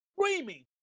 screaming